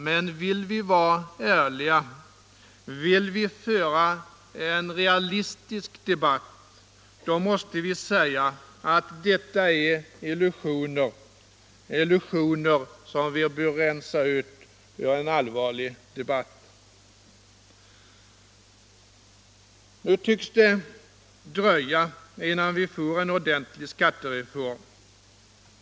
Men vill vi vara ärliga och vill vi föra en realistisk debatt, då måste vi säga att detta är illusioner, som vi bör rensa bort ur debatten. Nu tycks det dröja innan vi får en ordentlig skattereform.